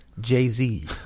Jay-Z